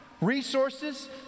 resources